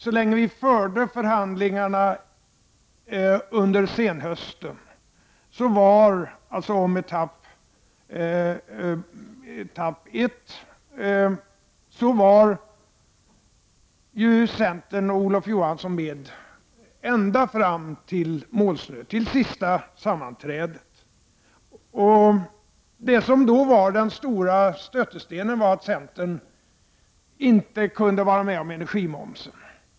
Så länge vi förde förhandlingarna om etapp 1 under senhösten var centern och Olof Johansson med ända fram till det sista sammanträdet, och det som då var den stora stötestenen var att centern inte kunde vara med om energimomsen.